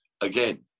Again